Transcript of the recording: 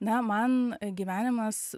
na man gyvenimas